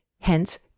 Hence